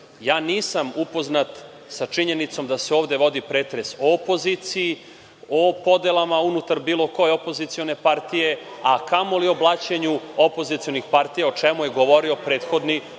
Nisam upoznat sa činjenicom da se ovde vodi pretres o opoziciji, o podelama unutar bilo koje opozicione partije, a kamoli o blaćenju opozicionih partija, o čemu je govorio prethodni